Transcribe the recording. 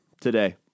today